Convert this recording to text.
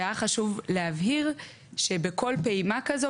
והיה חשוב להבהיר שבכל פעימה כזו,